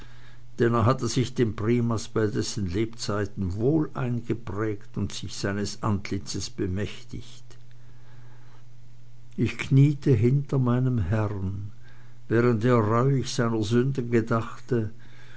denn er hatte sich den primas bei dessen lebzeiten wohl eingeprägte und sich seines antlitzes bemächtigt ich kniete hinter meinem herrn während er reuig seiner sünden gedachte